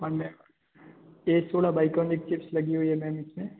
Monday A सोलह Bionic chips लगी हुई है इसमें